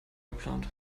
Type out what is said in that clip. geplant